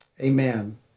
Amen